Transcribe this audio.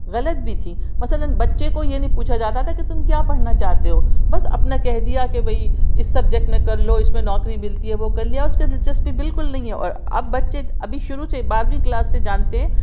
غلط بھی تھیں مثلاً بچے کو یہ نہیں پوچھا جاتا تھا کہ تم کیا پڑھنا چاہتے ہو بس اپنا کہہ دیا کہ بھائی اس سبجیکٹ میں کر لو اس میں نوکری ملتی ہے وہ کر لیا اس کے دلچسپی بالکل نہیں ہے اور اب بچے ابھی شروع سے بارہویں کلاس سے جانتے